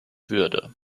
würde